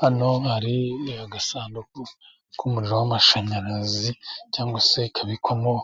Hano hari agasanduku k'umuriro w'amashanyarazi cyangwa se kabikwamo